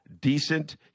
decent